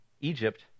Egypt